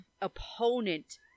opponent